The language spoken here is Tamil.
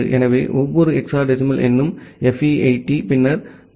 எனவே ஒவ்வொரு ஹெக்ஸாடெசிமல் எண்ணும் FE80 பின்னர் 0000 போன்றது